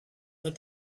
that